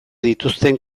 dituzten